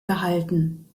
gehalten